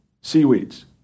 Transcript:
Seaweeds